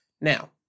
Now